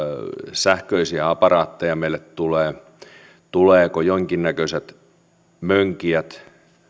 sähköisiä aparaatteja meille tulee tulevatko jonkinnäköiset mönkijät